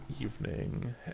evening